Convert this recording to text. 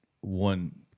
one